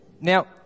Now